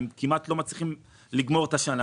הם כמעט לא מצליחים לגמור את השנה,